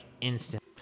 instant